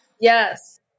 Yes